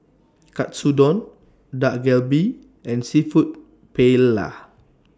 Katsudon Dak Galbi and Seafood Paella